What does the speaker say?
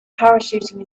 parachuting